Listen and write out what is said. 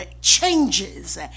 changes